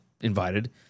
invited